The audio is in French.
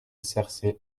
src